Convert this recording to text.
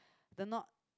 they're not